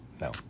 No